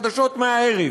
חדשות מהערב.